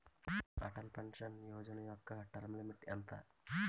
Atal pension Yojana యెక్క term limit ఎంత?